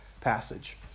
passage